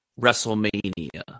WrestleMania